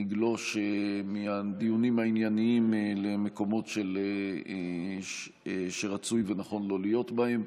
נגלוש מהדיונים הענייניים למקומות שרצוי ונכון לא להיות בהם.